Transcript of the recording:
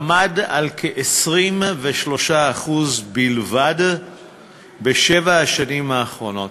עמד על כ-23% בלבד בשבע השנים האחרונות.